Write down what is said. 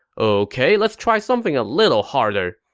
ok, let's try something a little harder.